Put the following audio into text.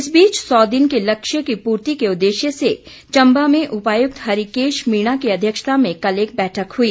इस बीच सौ दिन के लक्ष्य की पूर्ति के उद्देश्य से चम्बा में उपायुक्त हरीकेश मीणा की अध्यक्षता में कल एक बैठक हुई